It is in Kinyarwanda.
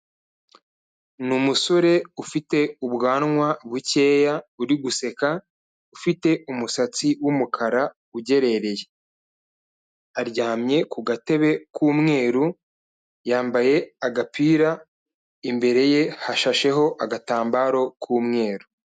Ni umusore ufite ubwanwa bukeya uri guseka, ufite umusatsi w'umukara ugerereye, aryamye ku gatebe k'umweru, yambaye agapira, imbere ye hashasheho agatambaro k'umweru.